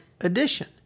Edition